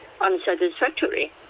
unsatisfactory